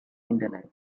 internet